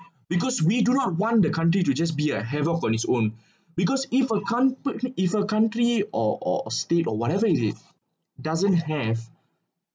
because we do not want the country to just be a head off on its own because if a count~ if a country or or state or whatever it it doesn't have